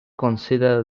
consider